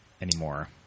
anymore